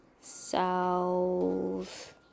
south